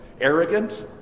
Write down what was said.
arrogant